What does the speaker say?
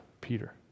Peter